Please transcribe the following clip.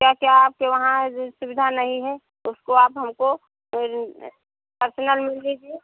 क्या क्या आपके वहाँ जो सुविधा नहीं है उसको आप हमको पर्सनल मिल लीजिए